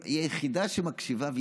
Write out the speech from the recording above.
ולפעמים היא היחידה שמקשיבה.